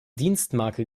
dienstmarke